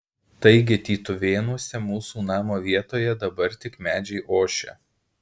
taigi tytuvėnuose mūsų namo vietoje dabar tik medžiai ošia